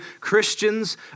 Christians